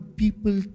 people